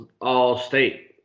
all-state